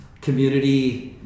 community